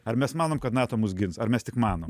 ar mes manom kad nato mus gins ar mes tik manom